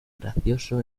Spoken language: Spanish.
gracioso